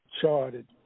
charted